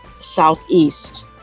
southeast